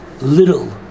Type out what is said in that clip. little